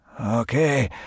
Okay